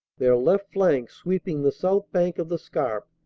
their left flank sweeping the south bank of the scarpe,